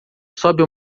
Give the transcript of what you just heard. sobe